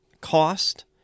cost